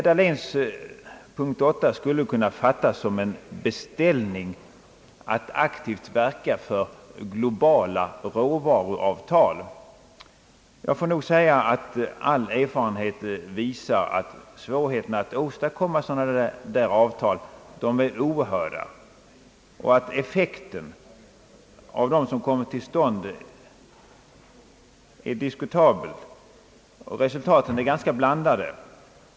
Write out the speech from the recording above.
Denna punkt skulle kunna fattas som en beställning att aktivt verka för globala råvaruavtal. Jag får nog säga att all erfarenhet visar att svårigheten att åstadkomma sådana avtal är oerhörd och att effekten av dem som kommer till stånd är diskutabel. Resultaten blir ganska blandade.